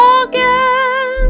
again